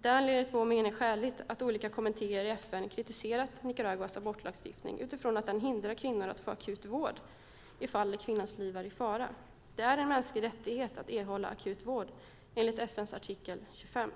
Det är enligt vår mening skäligt att olika kommittéer i FN kritiserat Nicaraguas abortlagstiftning för att den hindrar kvinnor att få akut vård i fall där kvinnans liv är i fara. Det är en mänsklig rättighet att erhålla akut vård enligt FN:s artikel 25.